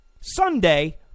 Sunday